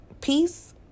Peace